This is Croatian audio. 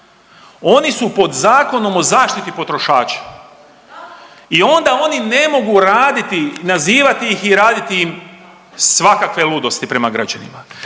oni su pod Zakonom o zaštiti potrošača i onda oni ne mogu raditi i nazivati ih i raditi im svakakve ludosti prema građanima.